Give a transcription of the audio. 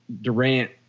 Durant